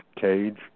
Cage